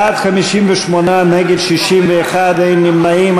בעד, 58, נגד, 61, אין נמנעים.